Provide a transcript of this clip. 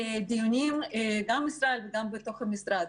ודיונים, גם עם ישראל וגם בתוך המשרד.